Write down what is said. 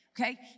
okay